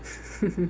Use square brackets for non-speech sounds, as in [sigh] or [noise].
[laughs]